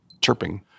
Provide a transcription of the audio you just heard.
chirping